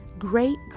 Great